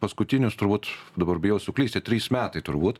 paskutinius turbūt dabar bijau suklysti trys metai turbūt